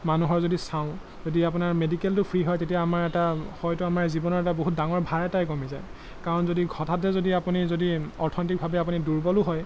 মানুহৰ যদি চাওঁ যদি আপোনাৰ মেডিকেলটো ফ্ৰী হয় তেতিয়া আমাৰ এটা হয়তো আমাৰ জীৱনৰ এটা বহুত ডাঙৰ ভাৰ এটাই কমি যায় কাৰণ যদি হঠাতে যদি আপুনি যদি অৰ্থনৈতিকভাৱে আপুনি দুৰ্বলো হয়